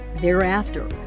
thereafter